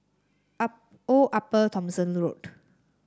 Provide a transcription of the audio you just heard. Old Upper Thomson Road